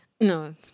No